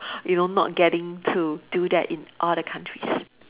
you know not getting to do that in all the countries